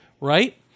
Right